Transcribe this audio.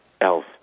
else